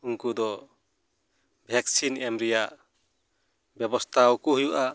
ᱩᱱᱠᱩᱫᱚ ᱵᱷᱮᱠᱥᱤᱱ ᱮᱢ ᱨᱮᱭᱟ ᱵᱮᱵᱚᱥᱛᱷᱟᱣᱟᱠᱚ ᱦᱩᱭᱩᱜᱼᱟ